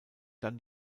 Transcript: dann